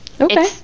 Okay